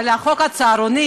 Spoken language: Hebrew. על חוק הצהרונים,